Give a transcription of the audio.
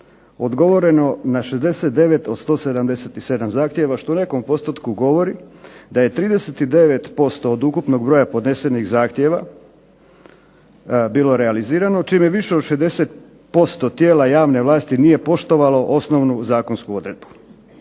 odgovoreno na 69 od 177 zahtjeva što u nekom postotku govori da je 39% od ukupnog broja podnesenih zahtjeva bilo realizirano čim je više od 60% tijela javne vlasti nije poštovalo osnovnu zakonsku odredbu.